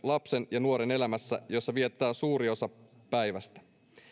lapsen ja nuoren elämässä merkittävä vuorovaikutusympäristö jossa vietetään suuri osa päivästä